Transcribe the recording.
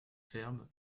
ferme